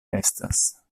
estas